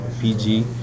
PG